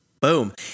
Boom